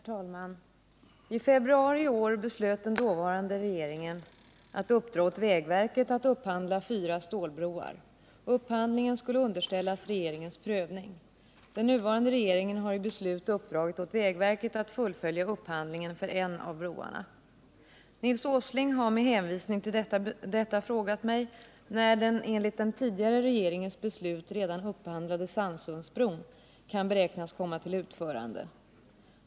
Herr talman! I februari i år beslöt den dåvarande regeringen att uppdra åt vägverket att upphandla fyra stålbroar. Upphandlingen skulle underställas regeringens prövning. Den nuvarande regeringen har i beslut uppdragit åt vägverket att fullfölja upphandlingen för en av broarna. Nils Åsling har med hänvisning till detta frågat mig när den enligt den tidigare regeringens beslut redan upphandlade Sannsundsbron kan beräknas komma till utförande.